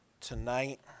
tonight